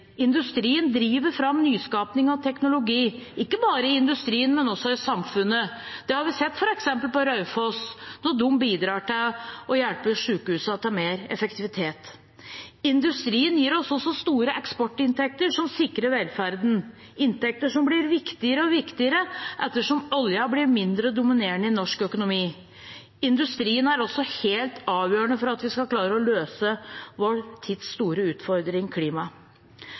Industrien driver fram nyskaping av teknologi, ikke bare i industrien, men også i samfunnet. Det har vi sett f.eks. på Raufoss, hvor de bidrar til å hjelpe sykehusene til større effektivitet. Industrien gir oss også store eksportinntekter som sikrer velferden, inntekter som blir viktigere og viktigere etter som oljen blir mindre dominerende i norsk økonomi. Industrien er også helt avgjørende for at vi skal klare å løse vår tids store utfordring – klimaet.